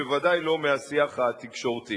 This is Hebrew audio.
בוודאי לא מהשיח התקשורתי.